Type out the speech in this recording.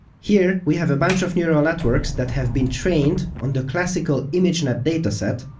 here we have a bunch of neural networks that have been trained on the classical imagenet dataset,